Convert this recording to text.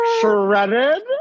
Shredded